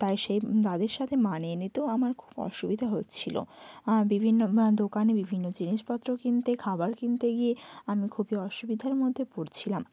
তাই সেই তাদের সাথে মানিয়ে নিতেও আমাদের খুব অসুবিধা হচ্ছিল বিভিন্ন দোকানে বিভিন্ন জিনিসপত্র কিনতে খাবার কিনতে গিয়ে আমি খুবই অসুবিধার মধ্যে পড়ছিলাম